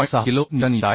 6 kilo newton येत आहे